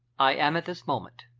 i am at this moment